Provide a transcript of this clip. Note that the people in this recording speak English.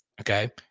okay